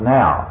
now